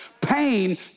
Pain